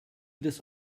this